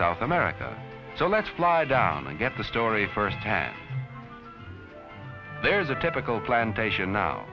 south america so let's fly down and get the story firsthand there the typical plantation now